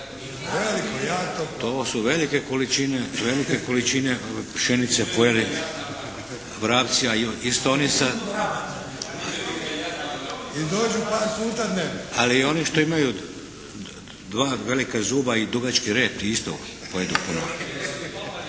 To su velike količine pšenice pojeli vrapci. Ali i oni što imaju dva velika zuba i dugački rep isto pojedu puno.